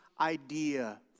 idea